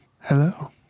Hello